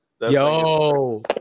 yo